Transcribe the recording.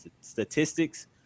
statistics